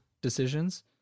decisions